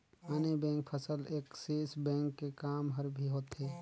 आने बेंक फसल Axis bank के काम हर भी होथे